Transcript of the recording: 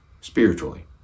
spiritually